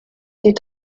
die